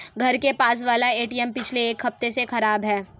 घर के पास वाला एटीएम पिछले एक हफ्ते से खराब है